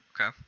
Okay